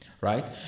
Right